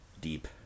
deep